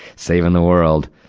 saving the world.